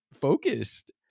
focused